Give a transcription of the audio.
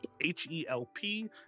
H-E-L-P